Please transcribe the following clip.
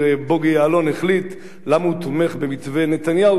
בוגי יעלון החליט למה הוא תומך במתווה נתניהו,